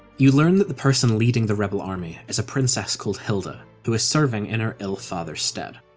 you learn that the person leading the rebel army is a princess called hilda, who is serving in her ill father's stead.